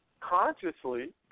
Consciously